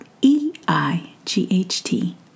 E-I-G-H-T